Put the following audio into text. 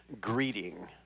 greeting